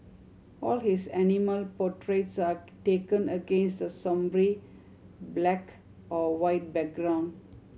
all his animal portraits are taken against a sombre black or white background